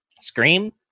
Scream